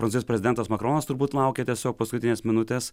prancūzijos prezidentas makronas turbūt laukia tiesiog paskutinės minutės